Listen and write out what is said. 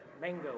Mango